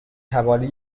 حوالی